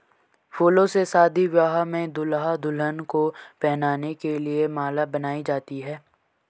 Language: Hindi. फूलों से शादी ब्याह में दूल्हा दुल्हन को पहनाने के लिए माला बनाई जाती है